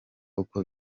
uko